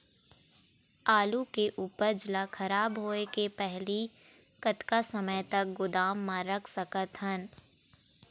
आलू के उपज ला खराब होय के पहली कतका समय तक गोदाम म रख सकत हन?